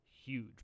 huge